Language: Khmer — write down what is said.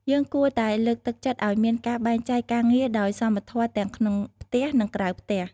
យើងគួរតែលើកទឹកចិត្តឲ្យមានការបែងចែកការងារដោយសមធម៌ទាំងក្នុងផ្ទះ និងក្រៅផ្ទះ។